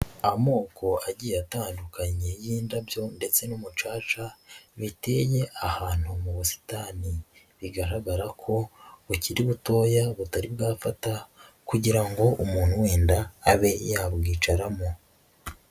Amoko agiye atandukanye y'indabyo ndetse n'umucaca, biteye ahantu mu busitani bigaragara ko bukiri butoya butari bwafata kugira ngo umuntu wenda abe yabwicaramo.